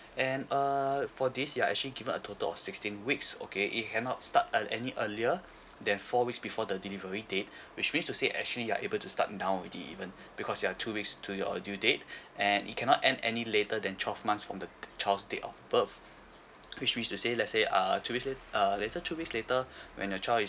and uh for this you are actually given a total of sixteen weeks okay it cannot start at any earlier therefore which before the delivery date which mean to say actually you are able to start now already even because you are two weeks to your due date and it cannot end any later than twelve months from the child's date of birth which means to say let say err two weeks uh let say two weeks later when your child